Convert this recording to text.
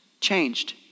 changed